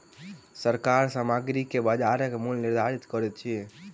सरकार सामग्री के बजारक मूल्य निर्धारित करैत अछि